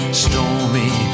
stormy